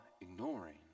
ignoring